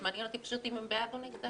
אז מעניין אותי רק אם הם בעד או נגד.